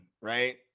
right